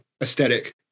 aesthetic